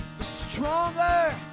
stronger